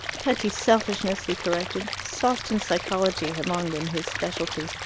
petty selfishness, he corrected. sawston psychology had long been his specialty.